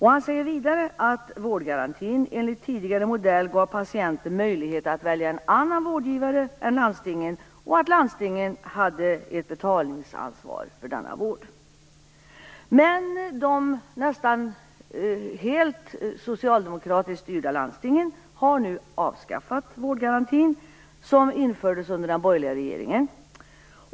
Han säger vidare att vårdgarantin enligt tidigare modell gav patienten möjlighet att välja en annan vårdgivare än landstingen och att landstingen hade ett betalningsansvar för denna vård. Men de nästan helt socialdemokratiskt styrda landstingen har nu avskaffat vårdgarantin som infördes under den borgerliga regeringen.